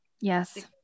yes